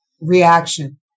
Reaction